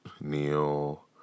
Neil